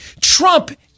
Trump